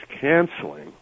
canceling